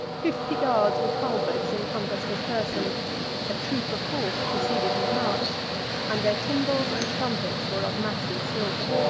fifty guards with halberds encompassed his person a troop of horse preceded his march and their tymbals and trumpets were of massy silver.